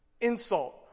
insult